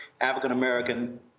African-American